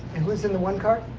and who's in the one car?